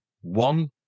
One